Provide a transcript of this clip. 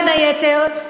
בין היתר,